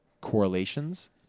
correlations